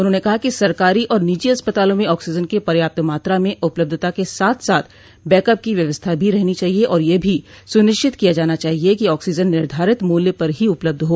उन्होंने कहा कि सरकारी और निजी अस्पतालों में आक्सीजन की पर्याप्त मात्रा में उपलब्धता के साथ साथ बैकअप की व्यवस्था भी रहनी चाहिये और यह भी सुनिश्चित किया जाना चाहिये कि ऑक्सीजन निर्धारित मूल्य पर ही उपलब्ध हो